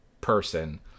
person